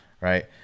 Right